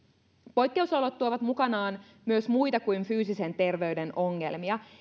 poikkeusolot tuovat mukanaan myös muita kuin fyysisen terveyden ongelmia